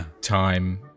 time